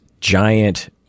giant